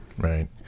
Right